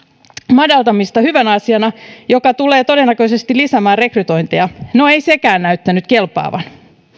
madaltamista hyvänä asiana joka tulee todennäköisesti lisäämään rekrytointeja no ei sekään näyttänyt kelpaavan